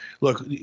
look